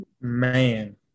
Man